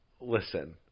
listen